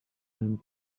même